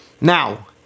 Now